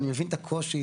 אני מבין את הקושי.